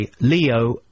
leo